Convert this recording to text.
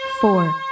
four